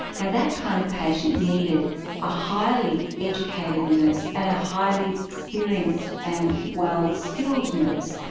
now that kind of patient needed a highly educated nurse, and a highly experienced and well-skilled nurse.